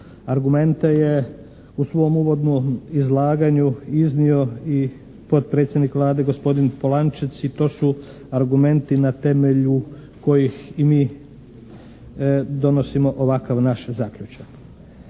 Argumente je u svom uvodnom izlaganju iznio i potpredsjednik Vlade gospodin Polančec i to su argumenti na temelju kojih i mi donosimo ovakav naš zaključak.